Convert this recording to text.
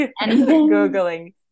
Googling